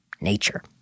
nature